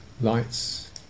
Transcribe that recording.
lights